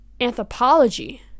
anthropology